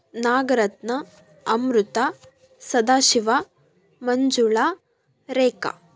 Nagaratna Amrutha Sadashiva Manjula Reka